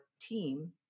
team